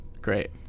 great